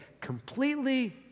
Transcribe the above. completely